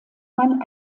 mann